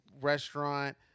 restaurant